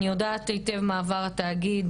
אני יודעת היטב מה עבר התאגיד.